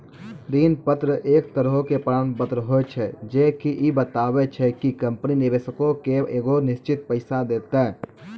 ऋण पत्र एक तरहो के प्रमाण पत्र होय छै जे की इ बताबै छै कि कंपनी निवेशको के एगो निश्चित पैसा देतै